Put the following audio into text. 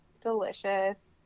delicious